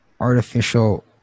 artificial